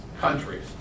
countries